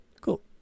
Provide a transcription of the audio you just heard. Cool